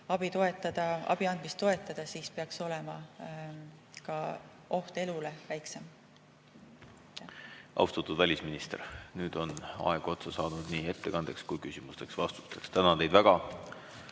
on võimalik abi andmist toetada, siis peaks olema oht elule väiksem. Austatud välisminister, nüüd on aeg otsa saanud nii ettekandeks kui ka küsimusteks-vastusteks. Tänan teid väga!